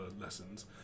lessons